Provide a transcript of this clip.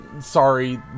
sorry